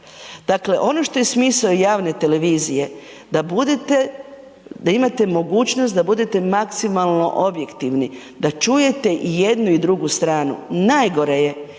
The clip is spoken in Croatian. Dakle ono što je smisao javne televizije da imate mogućnost da budete maksimalno objektivni, da čujete i jednu i drugu stranu. Najgore je